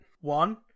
one